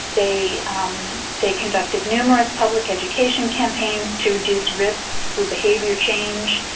they they conducted numerous public education campaigns to reduce risks through behavior change.